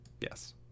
yes